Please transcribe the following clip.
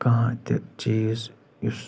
کانٛہہ تہِ چیٖز یُس